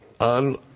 On